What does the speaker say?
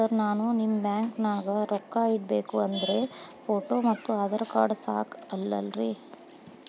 Sir ನಾನು ನಿಮ್ಮ ಬ್ಯಾಂಕನಾಗ ರೊಕ್ಕ ಇಡಬೇಕು ಅಂದ್ರೇ ಫೋಟೋ ಮತ್ತು ಆಧಾರ್ ಕಾರ್ಡ್ ಸಾಕ ಅಲ್ಲರೇ?